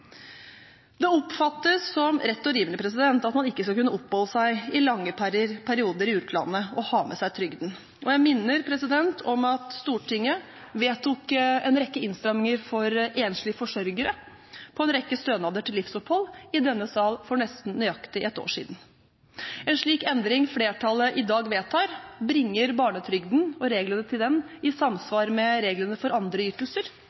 Det oppfattes som rett og rimelig at man ikke skal kunne oppholde seg i lange perioder i utlandet og ha med seg trygden. Jeg minner om at Stortinget vedtok en rekke innstramminger for enslige forsørgere i en rekke stønader til livsopphold, i denne sal for nesten nøyaktig et år siden. En slik endring som flertallet i dag vedtar, bringer barnetrygden og reglene for den i samsvar med reglene for andre ytelser,